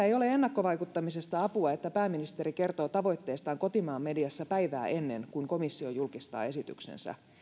ei ole ennakkovaikuttamisessa apua että pääministeri kertoo tavoitteistaan kotimaan mediassa päivää ennen kuin komissio julkistaa esityksensä